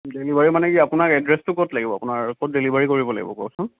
delivery মানে কি আপোনাৰ এড্ৰেছটো ক'ত লাগিব আপোনাৰ ক'ত ডেলিভাৰী কৰিব লাগিব কওকচোন